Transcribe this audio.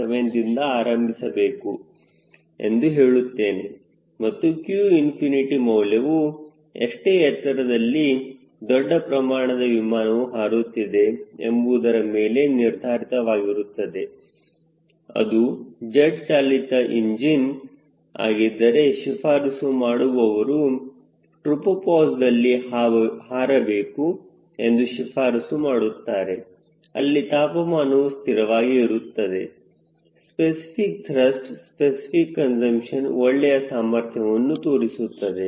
7 ದಿಂದ ಆರಂಭಿಸಬೇಕು ಎಂದು ಹೇಳುತ್ತೇನೆ ಮತ್ತು qꝏ ಮೌಲ್ಯವು ಎಷ್ಟು ಎತ್ತರದಲ್ಲಿ ದೊಡ್ಡ ಪ್ರಮಾಣದ ವಿಮಾನವು ಹಾರುತ್ತಿದೆ ಎಂಬುವುದರ ಮೇಲೆ ನಿರ್ಧಾರಿತವಾಗಿರುತ್ತದೆ ಅದು ಜೆಟ್ ಚಾಲಿತ ಇಂಜಿನ್ ಆಗಿದ್ದರೆ ಶಿಫಾರಸು ಮಾಡುವವರು ಟ್ರೋಪೋಪಾಸ್ದಲ್ಲಿ ಹಾರಬೇಕು ಎಂದು ಶಿಫಾರಸು ಮಾಡುತ್ತಾರೆ ಅಲ್ಲಿ ತಾಪಮಾನವು ಸ್ಥಿರವಾಗಿ ಇರುತ್ತದೆ ಸ್ಪೆಸಿಫಿಕ್ ತ್ರಸ್ಟ್ ಸ್ಪೆಸಿಫಿಕ್ ಕನ್ಸುಂಪ್ಷನ್ ಒಳ್ಳೆಯ ಸಾಮರ್ಥ್ಯವನ್ನು ತೋರಿಸುತ್ತವೆ